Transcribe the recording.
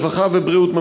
רווחה ובריאות,